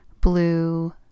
blue